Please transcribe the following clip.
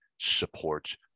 support